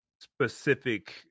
specific